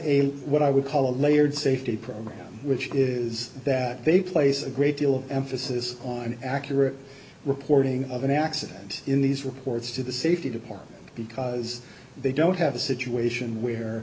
a what i would call a layered safety program which is that they place a great deal of emphasis on accurate reporting of an accident in these reports to the safety department because they don't have a situation where